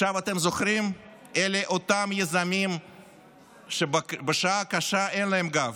אתם זוכרים שאלה אותם יזמים שבשעה קשה אין להם גב,